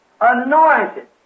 anointed